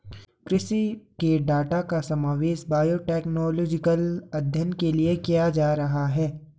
कृषि के डाटा का समावेश बायोटेक्नोलॉजिकल अध्ययन के लिए किया जा रहा है